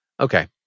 Okay